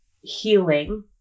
healing